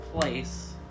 place